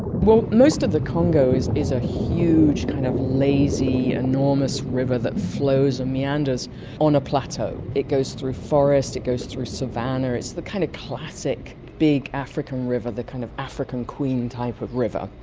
most of the congo is is a huge lazy, enormous river that flows and meanders on a plateau. it goes through forest, it goes through savannah, it's the kind of classic big african river, the kind of african queen type of river.